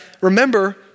remember